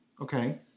Okay